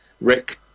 Rick